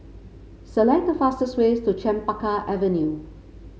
select the fastest way to Chempaka Avenue